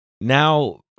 now